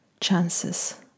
chances